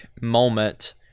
moment